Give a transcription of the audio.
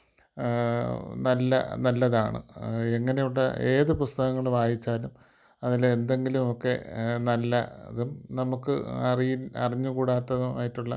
നല്ല നല്ലതാണ് എങ്ങനെയുള്ള ഏത് പുസ്തകങ്ങൾ വായിച്ചാലും അതിൽ എന്തെങ്കിലുമൊക്കെ നല്ലതും നമുക്ക് അറിയു അറിഞ്ഞുകൂടാത്തതുമായിട്ടുള്ള